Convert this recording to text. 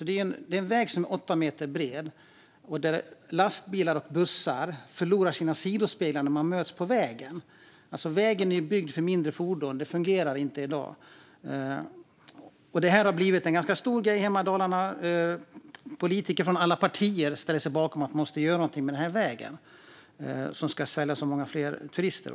Det är en väg som är åtta meter bred och där lastbilar och bussar förlorar sina sidospeglar när de möts på vägen. Vägen är byggd för mindre fordon; det fungerar inte i dag. Det här har blivit en ganska stor grej hemma i Dalarna. Politiker från alla partier ställer sig bakom att man måste göra någonting med den här vägen, som också ska svälja många fler turister.